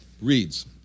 reads